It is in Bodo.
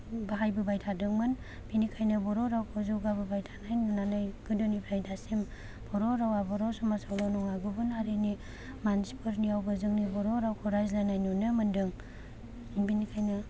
बाहायबोबाय थादोंमोन बिनिखायनो बर' रावखौ जौगाबोबाय थानाय नुनानै गोदोनिफ्राय दासिम बर' रावा बर' समाजखौल' नङा गुबुन हारिनि मानसिफोराबो जोंनि बर'रावखौ रायज्लायनाय नुनो मोन्दों बिनिखायनो